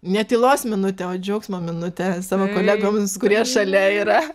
ne tylos minutę o džiaugsmo minutę savo kolegoms kurie šalia yra